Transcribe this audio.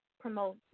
promote